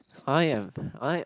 I'm I